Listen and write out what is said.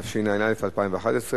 התשע"א 2011,